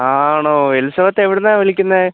ആണോ എലിസബത്ത് എവിടെ നിന്നാണ് വിളിക്കുന്നത്